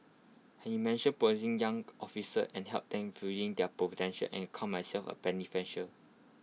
he mention promising young officers and helped them fulling their potential and count myself A beneficial